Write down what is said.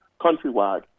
countrywide